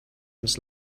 ens